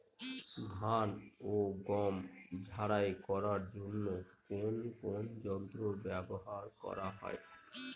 ধান ও গম ঝারাই করার জন্য কোন কোন যন্ত্র ব্যাবহার করা হয়?